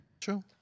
True